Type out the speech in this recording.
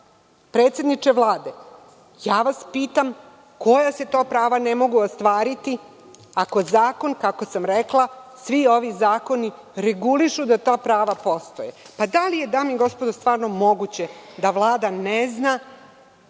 predsedniče Vlade, pitam vas koja se to prava ne mogu ostvariti ako zakon, kako sam rekla, svi ovi zakoni regulišu da ta prava postoje? Da li je, dame i gospodo, stvarno moguće da Vlada ne zna